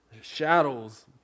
shadows